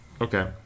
Okay